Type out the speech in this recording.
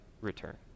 return